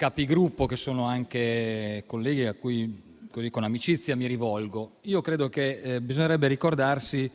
Capigruppo, che sono anche colleghi a cui con amicizia mi rivolgo: credo che bisognerebbe ricordarsi